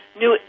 new